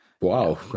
Wow